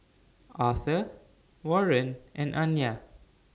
Arthor Warren and Anya